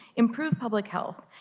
um kind of public health,